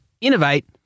innovate